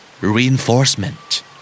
Reinforcement